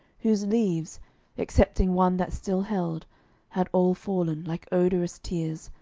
whose leaves excepting one that still held had all fallen, like odorous tears,